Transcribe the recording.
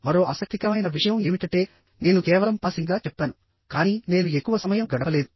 మరో ఆసక్తికరమైన విషయం ఏమిటంటే నేను కేవలం పాసింగ్గా చెప్పాను కానీ నేను ఎక్కువ సమయం గడపలేదు